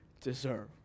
deserve